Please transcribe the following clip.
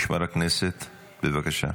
משמר הכנסת, בבקשה.